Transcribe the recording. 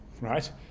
right